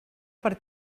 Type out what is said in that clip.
per